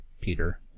Peter